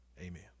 Amen